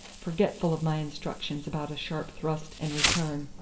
forgetful of my instructions about a sharp thrust and return,